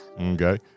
Okay